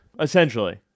Essentially